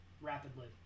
Rapidly